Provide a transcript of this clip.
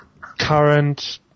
Current